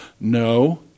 No